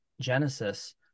genesis